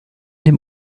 dem